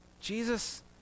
Jesus